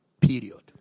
Period